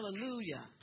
hallelujah